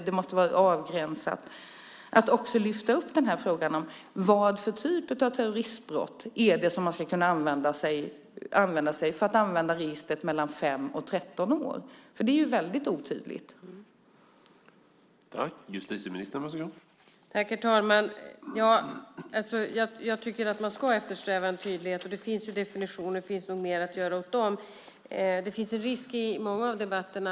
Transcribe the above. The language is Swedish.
Jag tycker att man också måste lyfta upp frågan om vid vilken typ av terroristbrott som man ska kunna använda sig av registret mellan 5 och 13 år. Det är väldigt otydligt. Vad tycker justitieministern?